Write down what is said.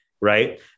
right